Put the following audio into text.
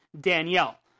Danielle